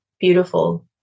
beautiful